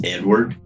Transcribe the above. Edward